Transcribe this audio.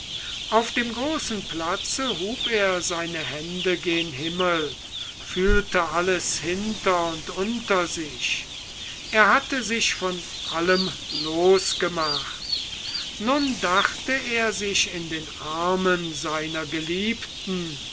auf dem großen platze hub er seine hände gen himmel fühlte alles hinter und unter sich er hatte sich von allem losgemacht nun dachte er sich in den armen seiner geliebten